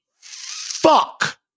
fuck